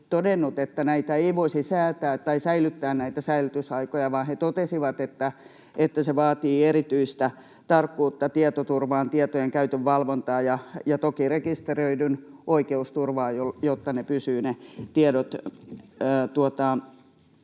että näitä säilytysaikoja ei voisi säilyttää, vaan he totesivat, että se vaatii erityistä tarkkuutta tietoturvaan, tietojen käytön valvontaan ja toki rekisteröidyn oikeusturvaan, jotta ne tiedot pysyvät